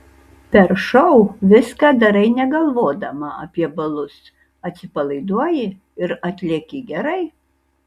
per šou viską darai negalvodama apie balus atsipalaiduoji ir atlieki gerai